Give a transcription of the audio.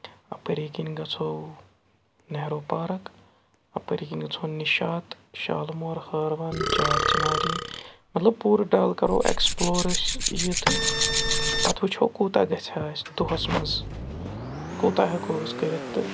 اَپٲری کِنۍ گَژھو نہروٗ پارَک اَپٲری کِنۍ گَژھو نِشاط شالمور ہٲروَن چار چِناری مطلب پوٗرٕ ڈَل کَرو اٮ۪کٕسپٕلور أسۍ یہِ تہٕ پَتہٕ وٕچھو کوٗتاہ گژھِ ہا اَسہِ دۄہَس منٛز کوٗتاہ ہٮ۪کو أسۍ کٔرِتھ تہٕ